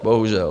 Bohužel!